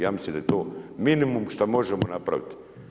Ja mislim da je to minimum što možemo napraviti.